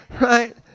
right